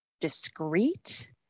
discrete